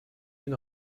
une